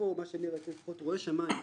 מה שאני לפחות רואה, שמיים,